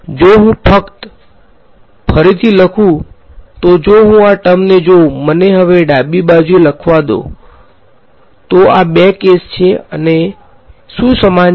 જો હું ફક્ત ફરીથી લખું તો જો હું આ ટર્મને જોઉં મને હવે ડાબી બાજુએ લખવા દો તો આ બે કેસ છે અને શું સમાન છે